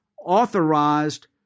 authorized